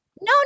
No